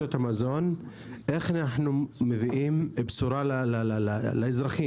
רשתות המזון איך אנחנו מביאים בשורה לאזרחים,